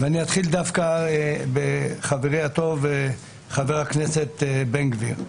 אני אתחיל דווקא בחברי הטוב חבר הכנסת בן גביר.